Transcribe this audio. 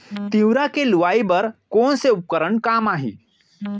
तिंवरा के लुआई बर कोन से उपकरण काम आही?